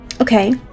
Okay